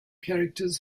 characters